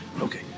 Okay